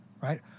Right